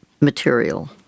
material